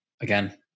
Again